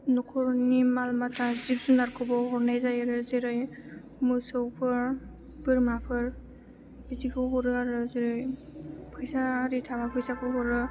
न'खरनि माल माथा जिब जुनारखौबो हरनाय जायो आरो जेरै मोसौफोर बोरमाफोर बिदिखौबो हरो आरो जेरै फैसा आरि थाखा फैसाखौ हरो